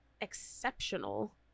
exceptional